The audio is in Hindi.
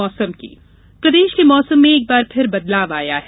मौसम प्रदेश के मौसम में एक बार फिर बदलाव आया है